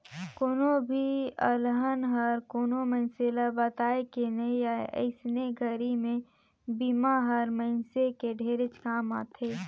कोनो भी अलहन हर कोनो मइनसे ल बताए के नइ आए अइसने घरी मे बिमा हर मइनसे के ढेरेच काम आथे